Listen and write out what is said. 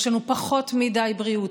יש לנו פחות מדי בריאות,